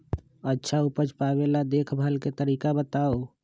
अच्छा उपज पावेला देखभाल के तरीका बताऊ?